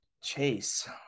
Chase